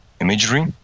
imagery